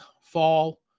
fall